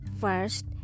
first